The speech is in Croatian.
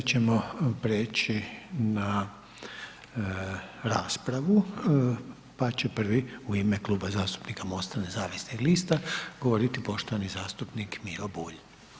Sada ćemo prijeći na raspravu, pa će prvi u ime Kluba zastupnika MOST-a nezavisnih lista, govoriti poštovani zastupnik Miro Bulj.